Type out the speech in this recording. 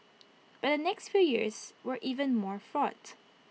but the next few years were even more fraught